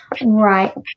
right